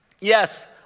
yes